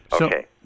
Okay